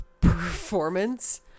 performance